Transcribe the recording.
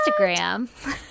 Instagram